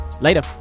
Later